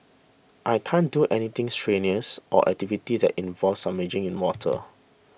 I can't do anything strenuous or activities that involve submerging in water